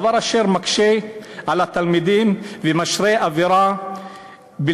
דבר אשר מקשה על התלמידים ומשרה אווירה לא